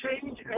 change